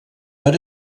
per